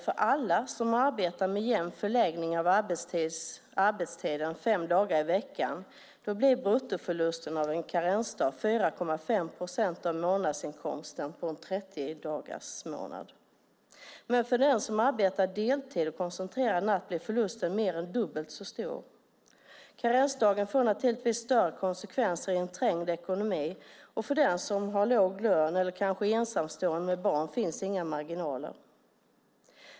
För dem som arbetar med jämn förläggning av arbetstiden fem dagar i veckan blir bruttoförlusten av en karensdag 4,5 procent av månadsinkomsten under en 30-dagarsmånad. Men för den som arbetar deltid och koncentrerad natt blir förlusten mer än dubbelt så stor. Karensdagen får naturligtvis större konsekvenser i en trängd ekonomi, och för den som har låg lön eller är ensamstående med barn finns inga marginaler.